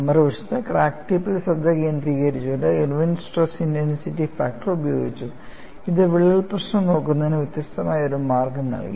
മറുവശത്ത് ക്രാക്ക് ടിപ്പിൽ ശ്രദ്ധ കേന്ദ്രീകരിച്ചുകൊണ്ട് ഇർവിൻ സ്ട്രെസ് ഇന്റൻസിറ്റി ഫാക്ടർ ഉപയോഗിച്ചു ഇത് വിള്ളൽ പ്രശ്നം നോക്കുന്നതിന് വ്യത്യസ്തമായ ഒരു മാർഗ്ഗം നൽകി